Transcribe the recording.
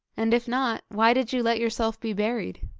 and if not, why did you let yourself be buried